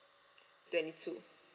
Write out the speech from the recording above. twenty two